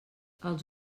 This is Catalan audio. els